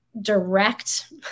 direct